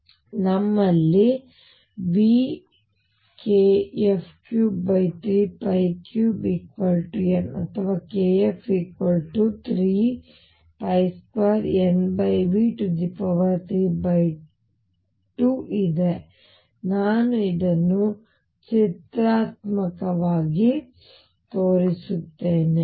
ಆದ್ದರಿಂದ ನಮ್ಮಲ್ಲಿ vkf332N ಅಥವಾ kF32NV32 ಇದೆ ನಾನು ಇದನ್ನು ಚಿತ್ರಾತ್ಮಕವಾಗಿ ತೋರಿಸುತ್ತೇನೆ